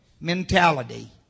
mentality